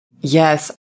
Yes